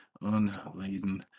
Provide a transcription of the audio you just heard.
unladen